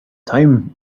time